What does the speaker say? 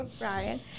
Ryan